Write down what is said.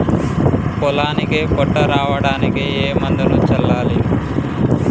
పొలానికి పొట్ట రావడానికి ఏ మందును చల్లాలి?